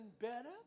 better